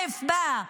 אליף-בא,